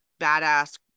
badass